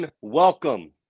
welcome